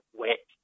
wet